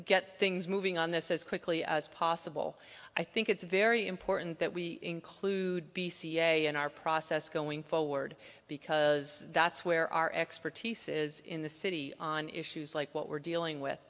get things moving on this as quickly as possible i think it's very important that we include a in our process going forward because that's where our expertise is in the city on issues like what we're dealing with